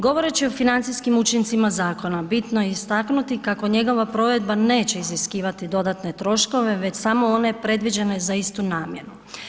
Govoreći o financijskim učincima zakona, bitno je istaknuti kako njegova provedba neće iziskivati dodatne troškove već samo one predviđene za istu namjeru.